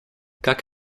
как